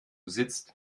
sitzt